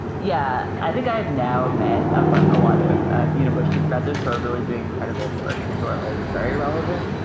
yeah. i think i have now met a but ah lot of university professors who are really doing incredible work and who are like very relevant.